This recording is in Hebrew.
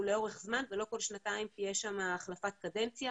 לאורך זמן ולא כל שנתיים תהיה שם החלפת קדנציה.